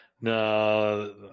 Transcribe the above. no